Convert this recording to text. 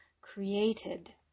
created